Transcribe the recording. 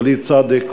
וליד צאדק,